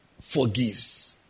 forgives